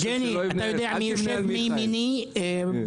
יבגני, אתה יודע מי יושב מימיני במליאה?